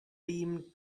beam